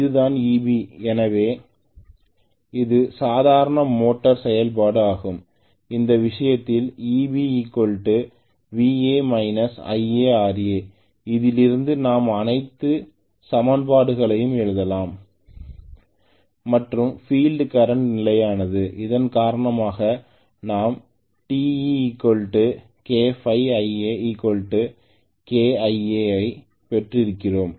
இதுதான் Eb எனவே இது சாதாரண மோட்டார் செயல்பாடு ஆகும் இந்த விஷயத்தில்Eb Va IaRa இதிலிருந்து நாம் அனைத்து சமன்பாடுகளையும் எழுதினோம் மற்றும் பீல்டு கரண்ட் நிலையானது இதன் காரணமாக நாம் TekɸIak'Ia ஐ பெறப்போகிறோம்